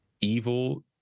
evil